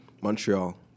Montreal